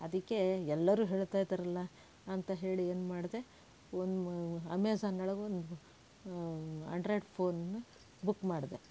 ಅದಕ್ಕೆ ಎಲ್ಲರೂ ಹೇಳ್ತಾಯಿದ್ದಾರಲ್ಲ ಅಂತ ಹೇಳಿ ಏನು ಮಾಡದೇ ಒನ್ನ ಅಮೆಝನ್ ಒಳಗೊಂದು ಆಂಡ್ರಾಯ್ಡ್ ಫೋನ್ನ ಬುಕ್ ಮಾಡಿದೆ